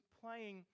playing